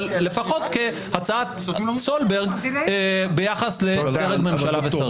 אבל לפחות כהצעת סולברג ביחס לדרג ממשלה ושרים.